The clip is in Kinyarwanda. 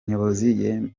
nyobozi